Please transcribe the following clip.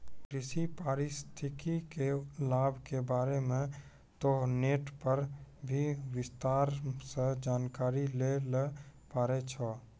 कृषि पारिस्थितिकी के लाभ के बारे मॅ तोहं नेट पर भी विस्तार सॅ जानकारी लै ल पारै छौ